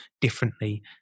differently